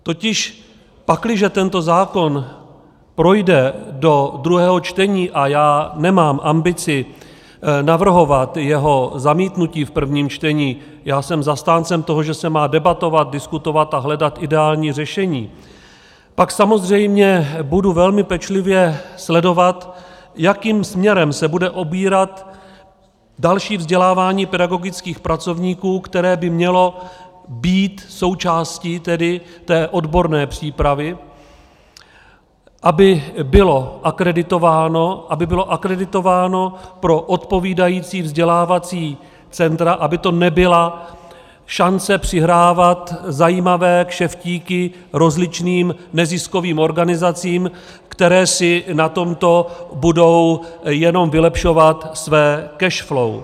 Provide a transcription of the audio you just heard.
Totiž pakliže tento zákon projde do druhého čtení a já nemám ambici navrhovat jeho zamítnutí v prvním čtení, já jsem zastáncem toho, že se má debatovat, diskutovat a hledat ideální řešení pak samozřejmě budu velmi pečlivě sledovat, jakým směrem se bude ubírat další vzdělávání pedagogických pracovníků, které by tedy mělo být součástí té odborné přípravy, aby bylo akreditováno pro odpovídající vzdělávací centra, aby to nebyla šance přihrávat zajímavé kšeftíky rozličným neziskovým organizacím, které na tom budou jenom vylepšovat své cash flow.